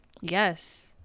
Yes